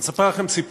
אני אספר לכם סיפור,